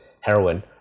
heroin